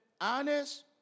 honest